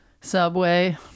subway